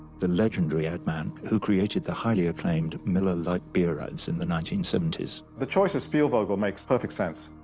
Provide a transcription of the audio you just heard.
the legendary adman who created the highly acclaimed miller lite beer ads in the nineteen seventy s. the choice of spielvogel makes perfect sense.